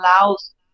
allows